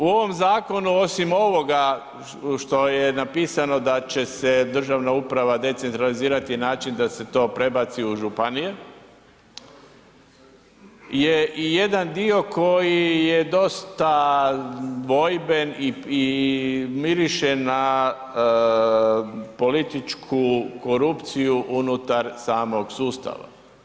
U ovom zakonu osim ovoga što je napisano da će se državna uprava decentralizirati na način da se to prebaci u županije je i jedan dio koji je dosta dvojben i miriše na političku korupciju unutar samog sustava.